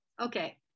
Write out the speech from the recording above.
Okay